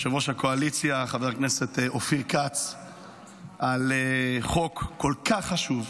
ליושב-ראש הקואליציה חבר הכנסת אופיר כץ על חוק כל כך חשוב,